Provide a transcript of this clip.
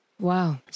Wow